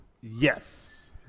yes